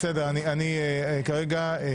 אחד הדברים שאני מלמדת בסדנה הזאת שאנחנו מעבירים זה